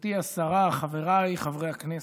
גברתי השרה, חבריי חברי הכנסת,